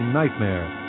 nightmare